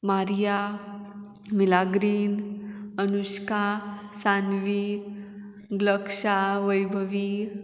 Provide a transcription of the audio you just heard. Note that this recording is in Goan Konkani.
मारिया मिलाग्रीन अनुष्का सानवी ग्लक्षा वैभवी